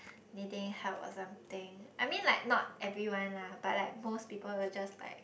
needing help or something I mean like not everyone lah but like most people will just like